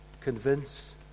convince